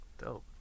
Dope